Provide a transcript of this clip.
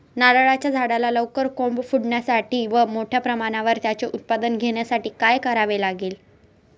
नारळाच्या झाडाला लवकर कोंब फुटण्यासाठी व मोठ्या प्रमाणावर त्याचे उत्पादन घेण्यासाठी काय करावे लागेल?